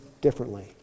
differently